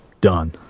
Done